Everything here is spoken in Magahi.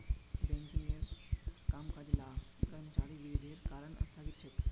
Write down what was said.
बैंकिंगेर कामकाज ला कर्मचारिर विरोधेर कारण स्थगित छेक